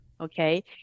okay